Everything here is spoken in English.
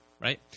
right